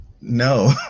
No